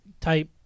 type